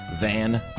Van